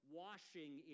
washing